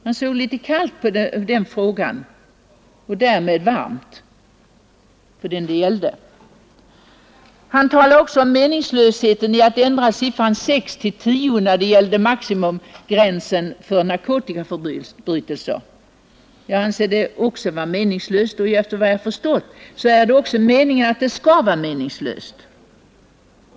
Han såg litet kallt på den frågan och därmed varmt för dem det gällde. Han talade också om meningslösheten i att ändra siffran sex till tio, när det gällde maximistraffet för narkotikaförbrytelse. Jag anser också, att det är meningslöst, och efter vad jag har förstått, är det också meningen, att det skall vara meningslöst.